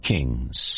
Kings